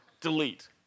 Delete